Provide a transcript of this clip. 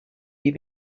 die